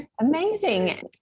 Amazing